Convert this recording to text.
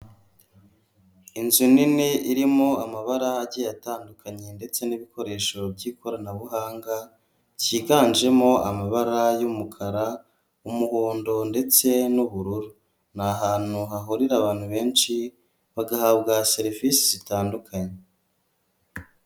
Inzu nini irimo amabara agiye atandukanye, ndetse n'ibikoresho by'ikoranabuhanga byiganjemo amabara y'umukara, umuhondo ndetse n'ubururu. N’ahantu hahurira abantu benshi bagahabwa serivisi zitandukanye.